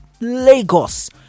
Lagos